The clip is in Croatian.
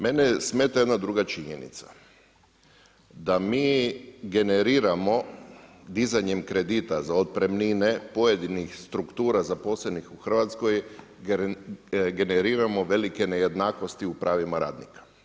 Mene smeta jedna druga činjenica da mi generiramo dizanjem kredita za otpremnine pojedinih struktura zaposlenih u Hrvatskoj generiramo velike nejednakosti u pravima radnika.